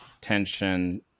tension